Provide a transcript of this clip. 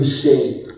shape